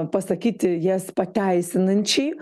pasakyti jas pateisinančiai